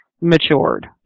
matured